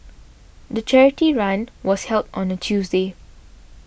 the charity run was held on a Tuesday